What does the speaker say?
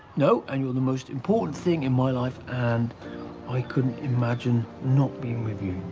no, and you're the most important thing in my life, and i couldn't imagine not being with you.